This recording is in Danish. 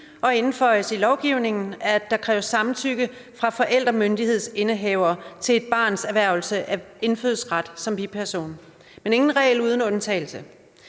og indføres i lovgivningen, at der kræves samtykke fra forældremyndighedsindehavere til et barns erhvervelse af indfødsret som biperson. Men ingen regel uden undtagelse.